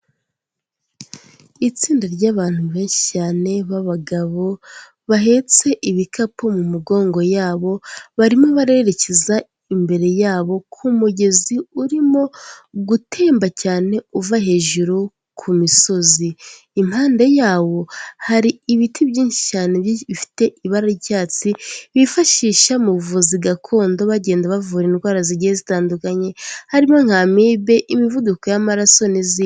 Itsinda ry'abantu benshi cyane b'abagabo bahetse ibikapu mu mugongo yabo, barimo barererekeza imbere yabo ku mugezi urimo gutemba cyane uva hejuru ku misozi. Impande yawo hari ibiti byinshi cyane bifite ibara ry'icyatsi bifashisha mu buvuzi gakondo bagenda bavura indwara zigiye zitandukanye. Harimo nka amibe, imivuduko y'amaraso n'izindi.